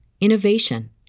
innovation